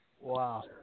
Wow